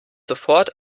sofort